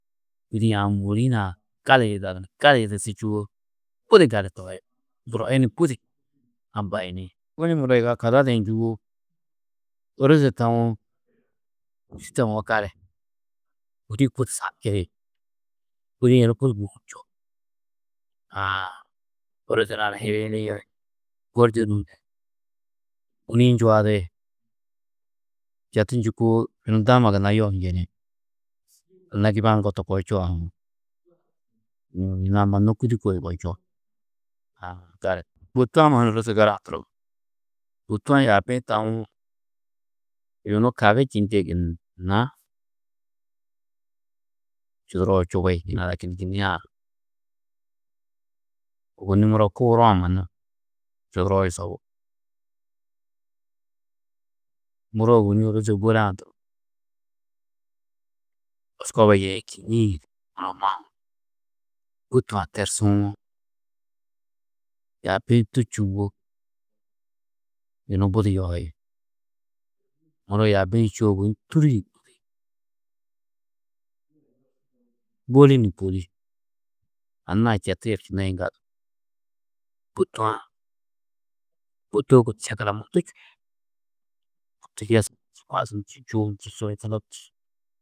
Kûdi-ĩ aũ môori hunã gali yida ni, gali yidersî čûwo, budi gali tohi, muro hi ni budi ambayini, kûdi-ĩ muro yiga njûwo ôroze tawo gali, kûdi-ĩ, budi kûdi-ĩ yunu budi môhum čuo, aã, ôroze nua ni hiliyini, bûni-ĩ njuadi, četu njûkoo yunu daama gunna yohu njeni, anna giba-ã ŋgo to koo čuo uũ. Yunu amanno kûdi koo yugò čuo, a gali. Bôtu-ã mannu ôroze gala-ã turo, bôtu-ã yaabi-ĩ tawo yunu kagi čendîe gunna čuduroo čubi, yina ada kînni kînnie-ã, ôwonni muro kuuru-ã mannu čuduroo yusobú, muro ôwonni ôroze bôle-ã turo, oskoba yeĩ kĩnniĩ, amma bôtu-ã tersuwo, yaabi-ĩ du čûwo yunu budi yohi. Muro yaabi-ĩ čûwo ôwonni tûri ni bôli ni bôli, anna-ã četu yerčino yiŋgaldu bôtu-ã, bôto mundu bôtu yesku ni čî madu ni čî čuu ni či čoločolo ni čî.